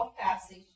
passage